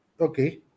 Okay